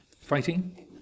fighting